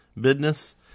business